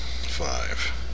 Five